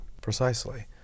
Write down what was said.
Precisely